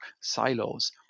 silos